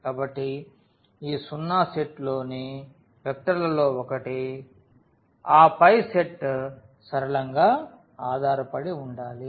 కాబట్టి ఈ 0 సెట్లోని వెక్టర్లలో ఒకటి ఆపై సెట్ సరళంగా ఆధారపడి ఉండాలి